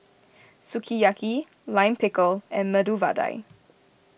Sukiyaki Lime Pickle and Medu Vada